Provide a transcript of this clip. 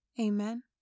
Amen